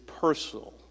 personal